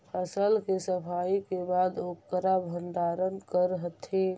फसल के सफाई के बाद ओकर भण्डारण करऽ हथिन